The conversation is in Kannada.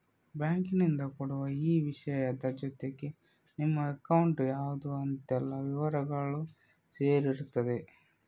ಬ್ಯಾಂಕಿನಿಂದ ಕೊಡುವ ಈ ವಿಷಯದ ಜೊತೆಗೆ ನಿಮ್ಮ ಅಕೌಂಟ್ ಯಾವ್ದು ಅಂತೆಲ್ಲ ವಿವರಗಳೂ ಸೇರಿರ್ತದೆ